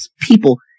people